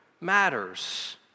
matters